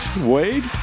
Wade